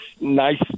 nice